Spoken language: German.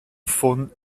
von